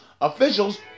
officials